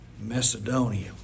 Macedonia